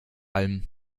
allem